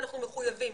אנחנו מחויבים.